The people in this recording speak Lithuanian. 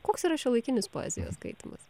koks yra šiuolaikinis poezijos skaitymas